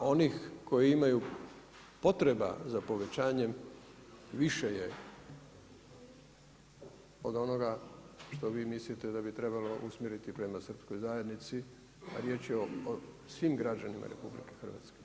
A onih koji imaju potreba za povećanjem više je od onoga što vi mislite da bi trebalo usmjeriti prema srpskoj zajednici a riječ je o svim građanima RH.